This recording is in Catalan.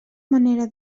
manera